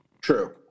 True